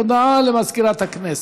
הודעה למזכירת הכנסת.